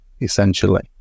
essentially